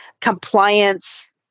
compliance